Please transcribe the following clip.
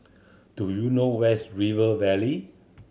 do you know where is River Valley